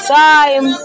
time